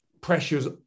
pressures